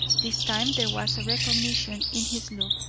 this time there was recognition in his look.